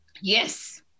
Yes